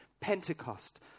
Pentecost